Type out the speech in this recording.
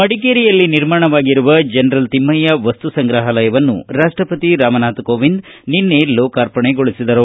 ಮಡಿಕೇರಿಯಲ್ಲಿ ನಿರ್ಮಾಣವಾಗಿರುವ ಜನರಲ್ ತಿಮ್ಮಯ್ಯ ವಸ್ತು ಸಂಗ್ರಹಾಲಯವನ್ನು ರಾಷ್ಷಪತಿ ರಾಮ್ನಾಥ್ ಕೋವಿಂದ್ ನಿನ್ನೆ ಲೋಕಾರ್ಪಣೆಗೊಳಿಸಿದರು